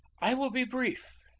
i will be brief,